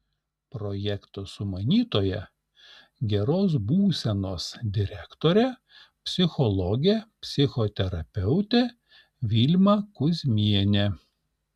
projekto sumanytoja geros būsenos direktorė psichologė psichoterapeutė vilma kuzmienė